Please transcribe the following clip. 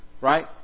Right